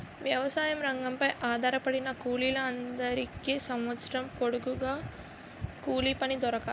వ్యవసాయ రంగంపై ఆధారపడిన కూలీల అందరికీ సంవత్సరం పొడుగున కూలిపని దొరకాలి